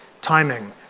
timing